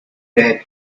there